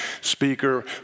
speaker